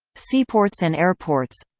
seaports and airports